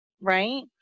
right